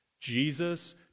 Jesus